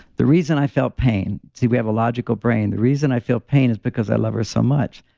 the reason i felt pain, see, we have a logical brain. the reason i feel pain is because i love her so much.